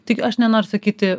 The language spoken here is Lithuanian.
tik aš nenoriu sakyti